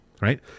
right